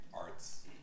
arts